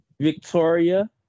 Victoria